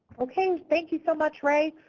okay. thank you so much, ray.